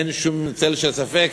אין שום צל של ספק